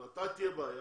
מתי תהיה בעיה?